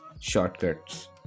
shortcuts